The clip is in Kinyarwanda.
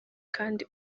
kandi